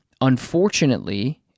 unfortunately